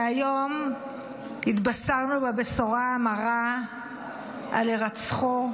שהיום התבשרנו בבשורה המרה על הירצחו,